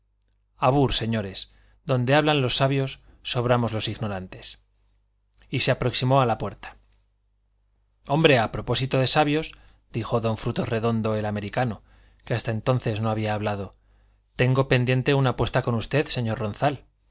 abur señores donde hablan los sabios sobramos los ignorantes y se aproximó a la puerta hombre a propósito de sabios dijo don frutos redondo el americano que hasta entonces no había hablado tengo pendiente una apuesta con usted señor ronzal